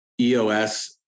EOS